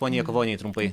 poniai jakavonienei trumpai